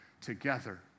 together